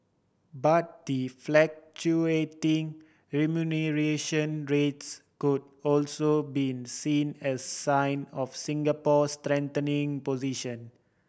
but the fluctuating remuneration rates could also been seen as sign of Singapore's strengthening position